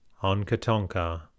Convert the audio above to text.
Onkatonka